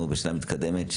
אנחנו בשנה מתקדמת,